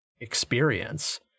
experience